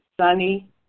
sunny